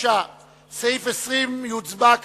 סיעת מרצ וקבוצת סיעת חד"ש לסעיף 20 לא נתקבלה.